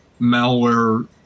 malware